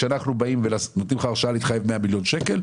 כשאנחנו באים ונותנים לך הרשאה להתחייב ב-100 מיליון שקלים,